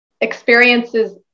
experiences